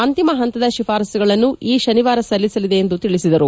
ಅಂತಿಮ ಹಂತದ ಶಿಫಾರಸುಗಳನ್ನು ಈ ಶನಿವಾರ ಸಲ್ಲಿಸಲಿದೆ ಎಂದು ತಿಳಿಸಿದರು